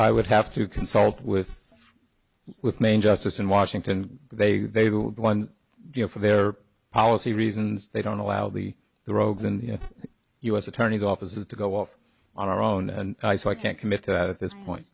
i would have to consult with with main justice in washington they they've all done deal for their policy reasons they don't allow the the rogue's in the u s attorney's office is to go off on our own and so i can't commit to that at this point